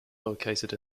located